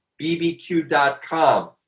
bbq.com